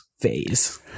phase